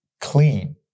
clean